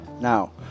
Now